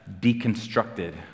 deconstructed